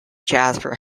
jasper